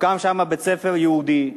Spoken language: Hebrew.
הוקם שם בית-ספר יהודי.